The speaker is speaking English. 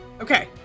Okay